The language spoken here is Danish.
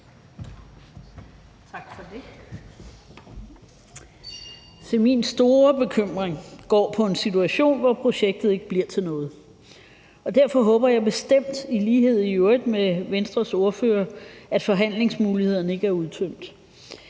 min store bekymring går på en situation, hvor projektet ikke bliver til noget. Derfor håber jeg bestemt, i øvrigt i lighed med Venstres ordfører, at forhandlingsmulighederne ikke er udtømt.